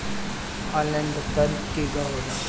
Online भुगतान केगा होला?